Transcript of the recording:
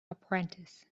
apprentice